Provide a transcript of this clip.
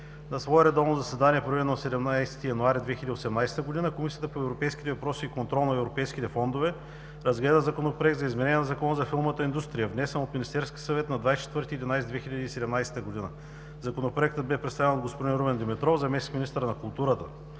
На свое редовно заседание, проведено на 17 януари 2018 г., Комисията по европейските въпроси и контрол на европейските фондове разгледа Законопроект за изменение на Закона за филмовата индустрия, внесен от Министерския съвет на 24 ноември 2017 г. Законопроектът беше представен от господин Румен Димитров – заместник-министър на културата.